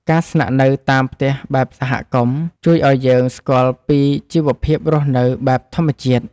ការស្នាក់នៅតាមផ្ទះបែបសហគមន៍ ជួយឱ្យយើងស្គាល់ពីជីវភាពរស់នៅបែបធម្មជាតិ។